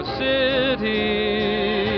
city